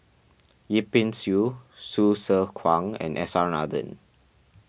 Yip Pin Xiu Hsu Tse Kwang and S R Nathan